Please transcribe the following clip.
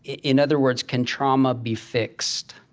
in other words, can trauma be fixed?